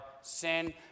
sin